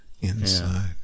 inside